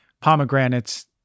pomegranates